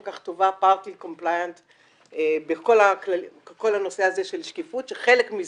כך טובה בכל הנושא הזה של שקיפות שחלק מזה,